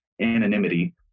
anonymity